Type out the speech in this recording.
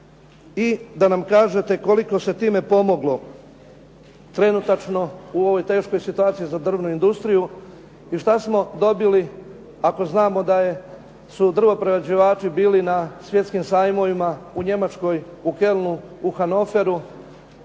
I da nam kažete koliko se time pomoglo trenutačno u ovoj teškoj situaciji za drvnu industriju i šta smo dobili ako znamo da su drvo prerađivači bili na svjetskim sajmovima u Njemačkoj u Kölnu, u Hannoveru